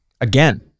Again